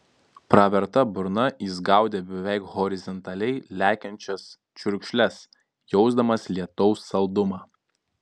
praverta burna jis gaudė beveik horizontaliai lekiančias čiurkšles jausdamas lietaus saldumą